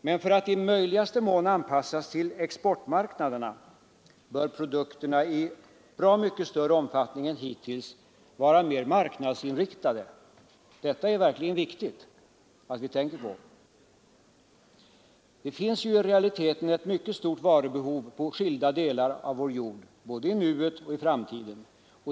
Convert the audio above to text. Men för att i möjligaste mån anpassas till exportmarknaden bör produkterna i bra mycket större omfattning än hittills vara marknadsinriktade. Detta är det verkligen viktigt att vi tänker på. Det finns ju i realiteten ett mycket stort varubehov i skilda delar av vår värld — både i nuet och i framtiden.